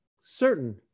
certain